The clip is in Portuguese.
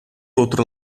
outro